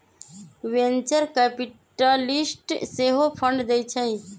venture capitalist सेहो fund देइ छइ